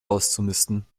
auszumisten